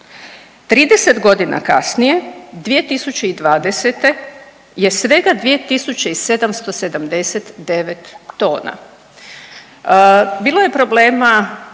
30 godina kasnije 2020. je svega 2.779 tona. Bilo je problema